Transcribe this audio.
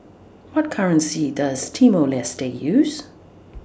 What currency Does Timor Leste use